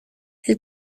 elles